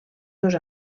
dos